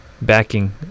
backing